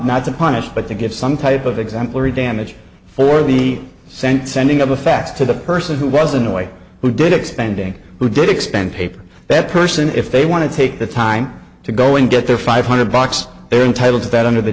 not to punish but to give some type of exemplary damage for the scent sending up a fax to the person who was in no way who did it spending who did expend paper that person if they want to take the time to go and get their five hundred bucks they're entitled to that under the